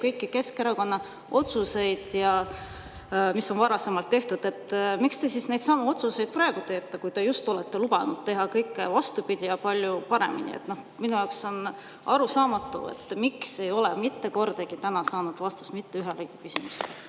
kõiki Keskerakonna otsuseid, mis on varasemalt tehtud, siis miks valitsus neidsamu otsuseid praegu teeb, kui just on lubatud teha kõik vastupidi ja palju paremini? Minu jaoks on arusaamatu, miks me ei ole mitte kordagi täna saanud vastust mitte ühelegi küsimusele.